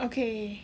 okay